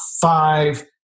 five